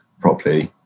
properly